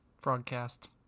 Broadcast